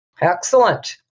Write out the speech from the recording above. Excellent